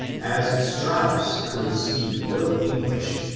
as strauss could speak little english,